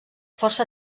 força